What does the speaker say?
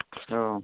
औ